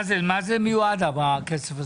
למה מיועד הכסף הזה?